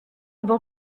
banc